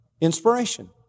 inspiration